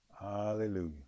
hallelujah